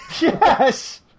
Yes